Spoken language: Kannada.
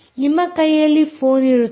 ನಿಮ್ಮ ಕೈಯಲ್ಲಿ ಫೋನ್ ಇರುತ್ತದೆ